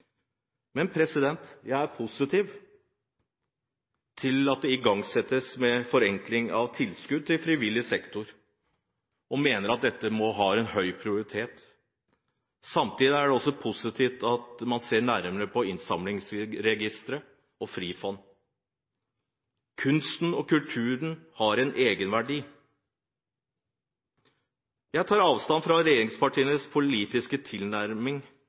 Men jeg er positiv til at det igangsettes arbeid med forenkling av tilskudd til frivillig sektor og mener at dette må ha en høy prioritet. Samtidig er det også positivt at man ser nærmere på innsamlingsregisteret og Frifond. Kunsten og kulturen har en egenverdi. Jeg tar avstand fra regjeringspartienes politiske tilnærming,